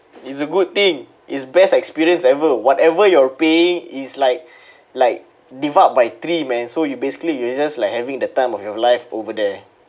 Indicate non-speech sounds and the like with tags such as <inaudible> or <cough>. it's a good thing is best experience ever whatever you're paying is like <breath> like divide by three man so you basically you're just like having the time of your life over there